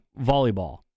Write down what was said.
volleyball